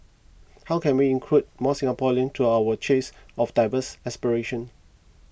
how can we include more Singaporeans to our chase of diverse aspirations